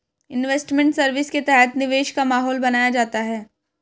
investment service के तहत निवेश का माहौल बनाया जाता है